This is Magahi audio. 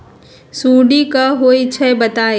सुडी क होई छई बताई?